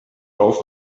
rauf